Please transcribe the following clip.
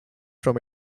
from